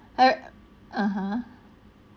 err (uh huh)